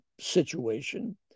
situation